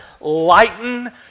lighten